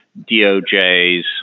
DOJ's